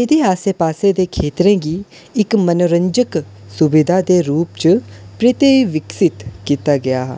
एह्दे आसे पासे दे खेतरें गी इक मनोरंजक सुबिधा दे रूप च परती विक्सत कीता गेआ हा